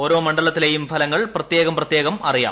ഓരോ മണ്ഡലത്തിലെയും ഫലങ്ങൾ പ്രത്യേകം പ്രത്യേകം അറിയാം